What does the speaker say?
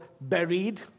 buried